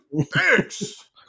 thanks